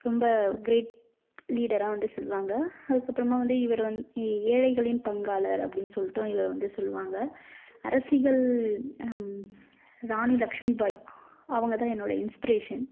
ரொம்ப க்ரேட் லீடராக வந்து சொல்லுவாங்க அதுக்கப்புறமா வந்து இவர் வந் ஏ ஏழைகளின் பங்காளர் அப்படின் சொல்லட்டும் இவரை வந்து சொல்வாங்க அரசியல் ராணி லக்ஷ்மிபாய் அவங்கதான் என்னோட இன்ஸ்ப்ரேஷன்